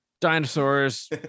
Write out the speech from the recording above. dinosaurs